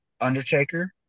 Undertaker